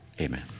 amen